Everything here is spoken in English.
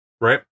right